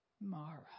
Mara